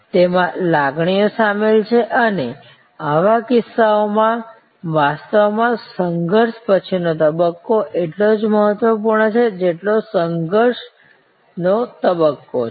તેમાં લાગણીઓ સામેલ છે અને આવા કિસ્સાઓમાં વાસ્તવમાં સંઘર્ષ પછીનો તબક્કો એટલો જ મહત્વપૂર્ણ છે જેટલો સેવા સંઘર્ષ નો તબક્કો છે